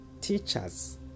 teachers